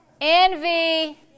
Envy